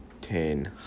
ten